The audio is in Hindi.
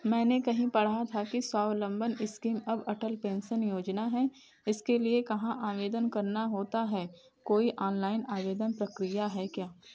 मैंने कहीं पढ़ा था की स्वावलंबन स्कीम अब अटल पेंशन योजना है इसके लिए कहाँ आवेदन करना होता है कोई ऑनलाइन आवेदन प्रक्रिया है क्या